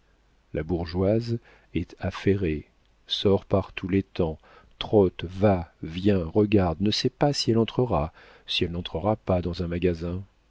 la bourgeoise est affairée sort par tous les temps trotte va vient regarde ne sait pas si elle entrera si elle n'entrera pas dans un magasin